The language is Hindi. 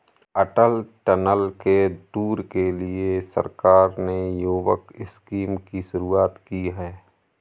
अटल टनल के टूर के लिए सरकार ने युवक स्कीम की शुरुआत की है